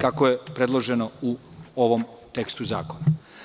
kako je predloženo u ovom tekstu zakona.